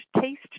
taste